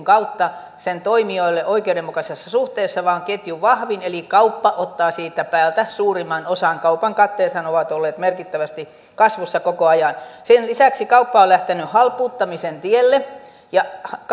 kautta sen toimijoille oikeudenmukaisessa suhteessa vaan ketjun vahvin eli kauppa ottaa siitä päältä suurimman osan kaupan katteethan ovat olleet merkittävästi kasvussa koko ajan sen lisäksi kauppa on lähtenyt halpuuttamisen tielle ja